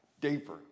deeper